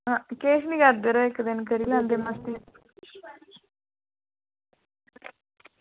किश निं करदे यरो इक्क दिन करी लैंदे मस्ती